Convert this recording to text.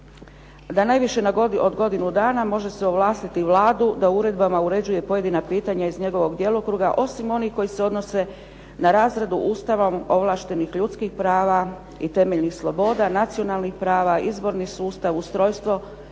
da najviše od godinu dana može se ovlastiti Vladu da uredbama uređuje pojedina pitanja iz njegovog djelokruga, osim onih koji se odnose na razradu Ustavom ovlaštenih ljudskih prava i temelj sloboda, nacionalnih prava, izborni sustav, ustrojstvo,